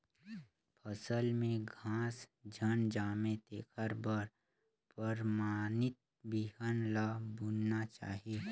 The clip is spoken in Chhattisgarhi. फसल में घास झन जामे तेखर बर परमानित बिहन ल बुनना चाही